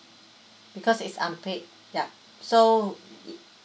because it's unpaid yup so